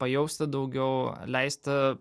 pajausti daugiau leisti